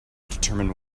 determine